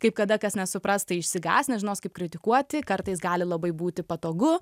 kaip kada kas nesupras tai išsigąs nežinos kaip kritikuoti kartais gali labai būti patogu